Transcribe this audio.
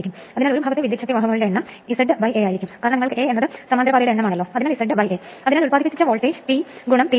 അതിനാൽ 0 മുതൽ പൂർണ്ണ ലോഡ് വരെ സ്ഥിരമായ വേഗതയുണ്ട്